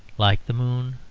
like the moon,